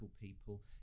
people